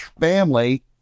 family